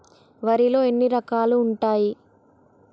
వరిలో ఎన్ని రకాలు ఉంటాయి?